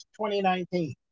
2019